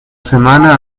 semana